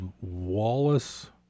Wallace